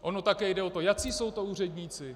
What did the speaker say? Ono také jde o to, jací jsou to úředníci.